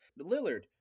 Lillard